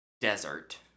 desert